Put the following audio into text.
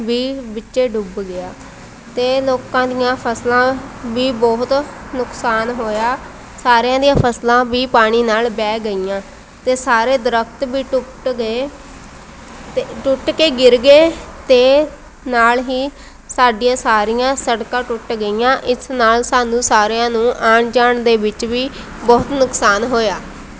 ਵੀ ਵਿੱਚ ਡੁੱਬ ਗਿਆ ਅਤੇ ਲੋਕਾਂ ਦੀਆਂ ਫਸਲਾਂ ਵੀ ਬਹੁਤ ਨੁਕਸਾਨ ਹੋਇਆ ਸਾਰਿਆਂ ਦੀਆਂ ਫਸਲਾਂ ਵੀ ਪਾਣੀ ਨਾਲ ਵਹਿ ਗਈਆਂ ਅਤੇ ਸਾਰੇ ਦਰਖਤ ਵੀ ਟੁੱਟ ਗਏ ਅਤੇ ਟੁੱਟ ਕੇ ਗਿਰ ਗਏ ਅਤੇ ਨਾਲ ਹੀ ਸਾਡੀਆਂ ਸਾਰੀਆਂ ਸੜਕਾਂ ਟੁੱਟ ਗਈਆਂ ਇਸ ਨਾਲ ਸਾਨੂੰ ਸਾਰਿਆਂ ਨੂੰ ਆਉਣ ਜਾਣ ਦੇ ਵਿੱਚ ਵੀ ਬਹੁਤ ਨੁਕਸਾਨ ਹੋਇਆ